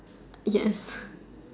yes